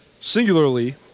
singularly